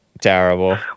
terrible